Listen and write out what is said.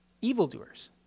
evildoers